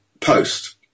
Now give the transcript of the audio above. Post